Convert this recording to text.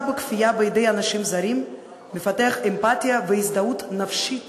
בכפייה בידי אנשים זרים מפתח אמפתיה והזדהות נפשית